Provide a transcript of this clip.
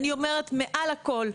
ואני אומרת מעל הכול,